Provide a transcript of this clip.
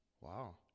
wow